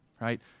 right